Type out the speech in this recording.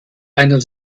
einer